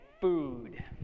food